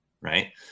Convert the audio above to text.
right